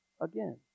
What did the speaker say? again